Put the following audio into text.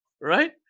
right